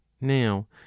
now